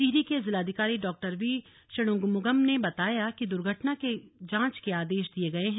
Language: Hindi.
टिहरी के जिलाधिकारी डॉ वी षणमुगम ने बताया कि दुघर्टना के जांच के आदेश दिए गए हैं